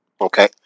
Okay